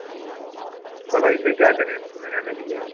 पूरा तो कैसे क्या करें इसको लगाने के लिए